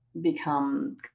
become